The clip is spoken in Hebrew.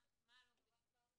מה לא מבינים?